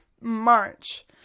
March